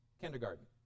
kindergarten